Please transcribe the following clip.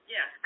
Yes